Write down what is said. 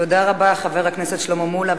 תודה רבה, חבר הכנסת שלמה מולה.